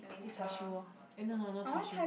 eat char-siew orh eh no no no not char-siew